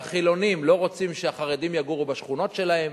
החילונים לא רוצים שהחרדים יגורו בשכונות שלהם,